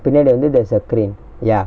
பின்னாடி வந்து:pinnaadi vanthu there's a crane ya